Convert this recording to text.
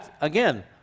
again